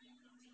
不用